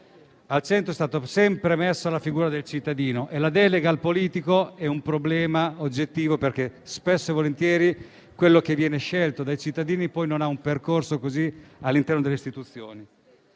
Al centro è stata sempre messa la figura del cittadino e la delega al politico è un problema oggettivo, perché spesso e volentieri quello che viene scelto dai cittadini non ha poi un percorso all'interno delle Istituzioni.